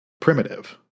primitive